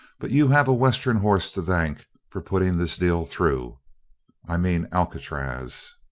but you have a western horse to thank for putting this deal through i mean alcatraz.